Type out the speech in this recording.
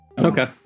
okay